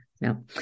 No